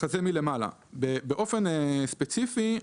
באופן ספציפי,